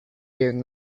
during